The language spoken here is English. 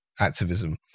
activism